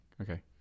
Okay